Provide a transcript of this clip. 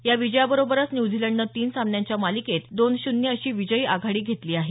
या विजयाबरोबरच न्यूझीलंडनं तीन सामन्यांच्या मालिकेत दोन शून्य अशी विजयी आघाडी घेतली आहे